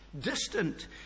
distant